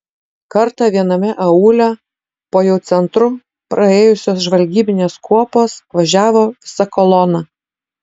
kartą viename aūle po jau centru praėjusios žvalgybinės kuopos važiavo visa kolona